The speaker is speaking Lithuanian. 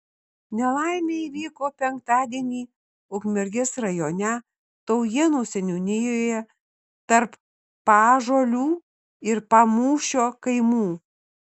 nelaimė įvyko penktadienį ukmergės rajone taujėnų seniūnijoje tarp paąžuolių ir pamūšio kaimų